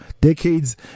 decades